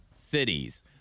cities